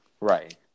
Right